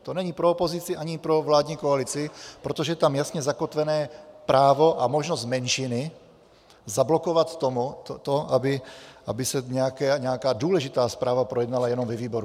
To není pro opozici ani pro vládní koalici, protože je tam jasně zakotveno právo a možnost menšiny zablokovat to, aby se nějaká důležitá zpráva projednala jenom ve výboru.